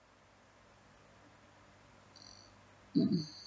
mm